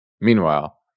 Meanwhile